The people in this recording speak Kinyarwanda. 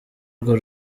urwo